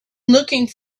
looking